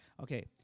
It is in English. Okay